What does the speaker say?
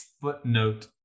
footnote